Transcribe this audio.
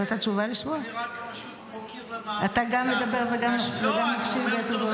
אני רק מוקיר ומעריך את העבודה --- אתה גם מדבר וגם מקשיב לי?